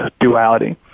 duality